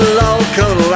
local